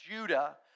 Judah